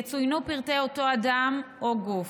יצוינו פרטי אותו אדם או גוף",